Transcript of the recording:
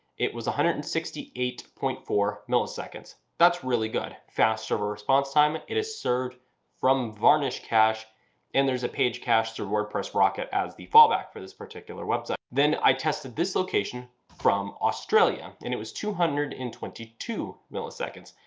it was one hundred and sixty eight point four milliseconds. that's a really good fast server response time. it it is served from varnish cache and there's a page cache through wordpress rocket as the fallback for this particular website. then i tested this location from australia and it was two hundred and twenty two milliseconds.